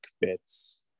bits